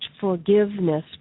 forgiveness